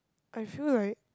I feel like